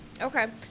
Okay